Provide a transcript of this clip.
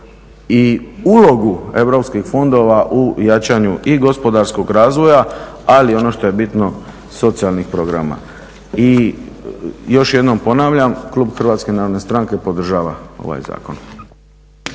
i ulogu europskih fondova u jačanju i gospodarskog razvoja, ali ono što je bitno i socijalnih programa. I još jednom ponavljam klub HNS-a podržava ovaj zakon.